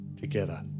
together